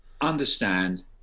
understand